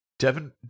Devin